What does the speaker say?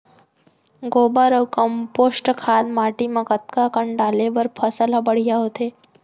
गोबर अऊ कम्पोस्ट खाद माटी म कतका कन डाले बर फसल ह बढ़िया होथे?